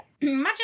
Imagine